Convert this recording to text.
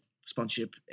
sponsorship